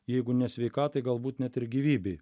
jeigu ne sveikatai galbūt net ir gyvybei